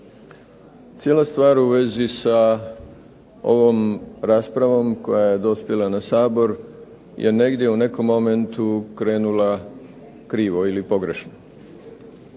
Cijela stvar u vezi s ovom raspravom koja je dospjela na Sabor, je negdje u nekom momentu krenula krivo ili pogrešno.